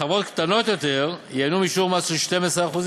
וחברות קטנות יותר ייהנו משיעור מס של 12%,